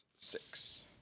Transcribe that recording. six